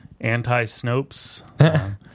anti-Snopes